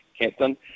captain